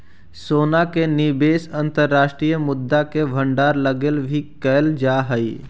सोना के निवेश अंतर्राष्ट्रीय मुद्रा के भंडारण लगी भी कैल जा हई